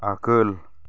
आगोल